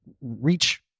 reach